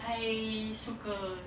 I suka